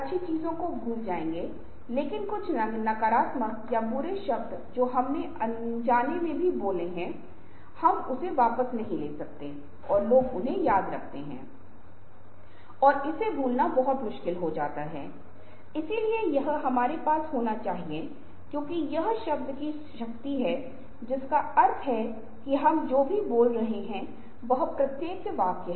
इसलिए इस बार प्रबंधन की अवधारणा रचनात्मक लोगों के लिए बहुत सही नहीं है हालाँकि उन्हें अलग अलग घटकों में नौकरी को विघटित करने के लिए कहा जा सकता है और प्रत्येक घटक को प्रत्येक घटक को निर्धारित समय के भीतर पूरा करने का प्रयास करना चाहिए